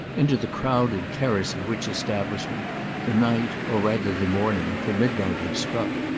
into the crowded terrace of which establishment the night, or rather the morning, for midnight had struck,